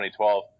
2012